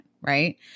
Right